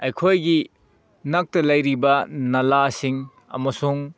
ꯑꯩꯈꯣꯏꯒꯤ ꯅꯥꯛꯇ ꯂꯩꯔꯤꯕ ꯅꯥꯂꯥꯁꯤꯡ ꯑꯃꯁꯨꯡ